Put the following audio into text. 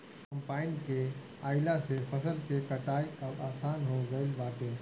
combine के आइला से फसल के कटाई अब आसान हो गईल बाटे